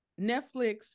Netflix